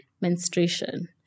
menstruation